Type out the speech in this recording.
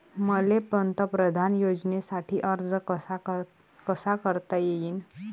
मले पंतप्रधान योजनेसाठी अर्ज कसा कसा करता येईन?